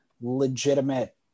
legitimate